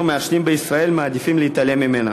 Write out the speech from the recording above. המעשנים בישראל מעדיפים להתעלם ממנה.